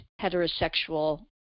heterosexual